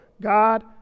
God